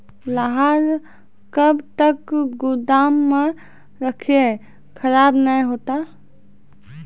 लहार कब तक गुदाम मे रखिए खराब नहीं होता?